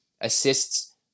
assists